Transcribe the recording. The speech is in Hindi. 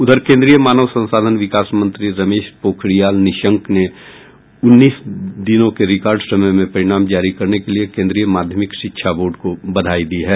उधर केंद्रीय मानव संसाधन विकास मंत्री रमेश पोखरियाल निशंक ने उन्नीस दिनों के रिकॉर्ड समय में परिणाम जारी करने के लिये केंद्रीय माध्यमिक शिक्षा बोर्ड को बधाई दी है